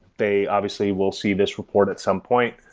they obviously will see this report at some point.